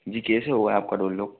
जी कैसे हुआ आपका डोर लॉक